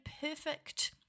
perfect